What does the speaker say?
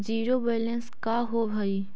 Zero balance का होव हइ?